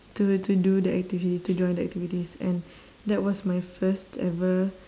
to to do the activity to join the activities and that was my first ever